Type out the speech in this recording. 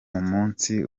munsi